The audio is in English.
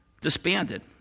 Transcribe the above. disbanded